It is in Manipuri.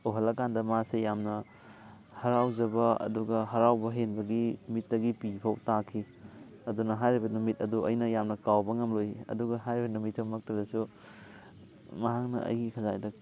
ꯎꯍꯜꯂꯀꯥꯟꯗ ꯃꯥꯁꯦ ꯌꯥꯝꯅ ꯍꯔꯥꯎꯖꯕ ꯑꯗꯨꯒ ꯍꯔꯥꯎꯕ ꯍꯦꯟꯕꯒꯤ ꯃꯤꯠꯇꯒꯤ ꯄꯤꯐꯥꯎ ꯇꯥꯈꯤ ꯑꯗꯨꯅ ꯍꯥꯏꯔꯤꯕ ꯅꯨꯃꯤꯠ ꯑꯗꯨ ꯑꯩꯅ ꯌꯥꯝꯅ ꯀꯥꯎꯕ ꯉꯝꯂꯣꯏ ꯑꯗꯨꯒ ꯍꯥꯏꯔꯤꯕ ꯅꯨꯃꯤꯠꯇꯨꯃꯛꯇꯨꯗꯁꯨ ꯃꯍꯥꯛꯅ ꯑꯩꯒꯤ ꯈꯖꯥꯏꯗ